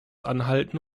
anhalten